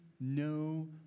No